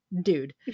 dude